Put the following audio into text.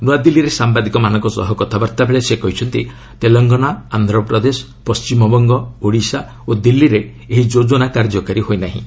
ନୂଆଦିଲ୍ଲୀରେ ସାମ୍ଭାଦିକମାନଙ୍କ ସହ କଥାବାର୍ଭାବେଳେ ସେ କହିଛନ୍ତି ତେଲଙ୍ଗାନା ଆନ୍ଧ୍ରପ୍ରଦେଶ ପଣ୍ଟିମବଙ୍ଗ ଓଡ଼ିଶା ଓ ଦିଲ୍ଲୀରେ ଏହି ଯୋଜନା କାର୍ଯ୍ୟକାରୀ ହୋଇ ନାହିଁ